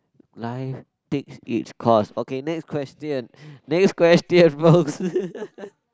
life takes its course okay next question next question folks